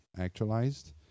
actualized